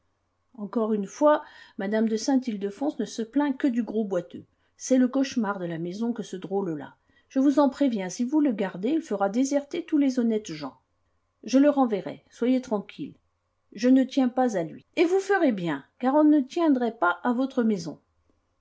encore une fois mme de saint ildefonse ne se plaint que du gros boiteux c'est le cauchemar de la maison que ce drôle-là je vous en préviens si vous le gardez il fera déserter tous les honnêtes gens je le renverrai soyez tranquille je ne tiens pas à lui et vous ferez bien car on ne tiendrait pas à votre maison